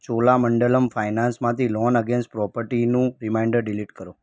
ચોલામંડલમ ફાઇનાન્સમાંથી loan against પ્રૉપર્ટીનું reminder delete કરો